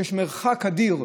ויש מרחק אדיר,